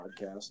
podcast